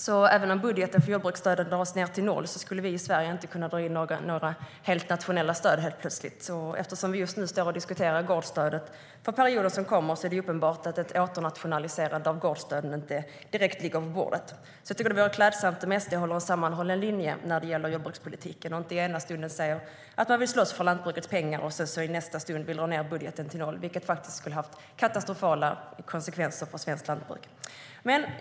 Även om budgeten för jordbruksstödet skulle dras ned till noll skulle vi i Sverige inte kunna införa några helt nationella stöd helt plötsligt. Vi står just nu och diskuterar gårdsstödet för perioden som kommer, och det är uppenbart att ett åternationaliserande av gårdsstödet inte direkt ligger på bordet. Det vore klädsamt om SD hade en sammanhållen linje för jordbrukspolitiken och inte ena stunden sa att man vill slåss för lantbrukets pengar för att i nästa stund vilja dra ned budgeten till noll, vilket skulle få katastrofala konsekvenser för svenskt lantbruk.